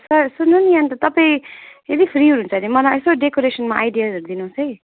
sir सुन्नु नि अन्त तपाईँ यदि फ्री हुनु हुन्छ भने मलाई यसो डेकोरेसनमा आइडियाहरू दिनु होस् है